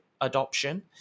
adoption